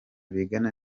bigana